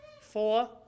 Four